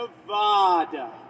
Nevada